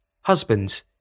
Husbands